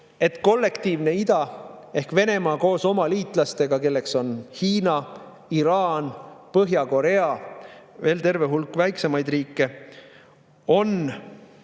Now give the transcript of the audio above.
et kollektiivne ida ehk Venemaa koos oma liitlastega, kelleks on Hiina, Iraan, Põhja-Korea ja veel terve hulk väiksemaid riike, on